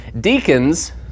deacons